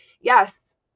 Yes